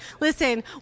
Listen